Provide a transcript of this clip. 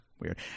weird